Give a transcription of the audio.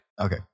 Okay